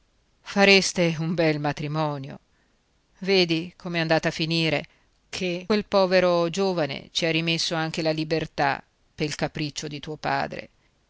fareste un bel matrimonio vedi com'è andata a finire che quel povero giovane ci ha rimesso anche la libertà pel capriccio di tuo padre